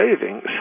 savings